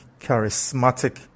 charismatic